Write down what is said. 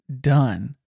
done